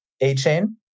A-chain